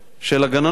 של הגננות,